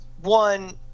One